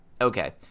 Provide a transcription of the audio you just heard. Okay